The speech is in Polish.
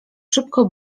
szybko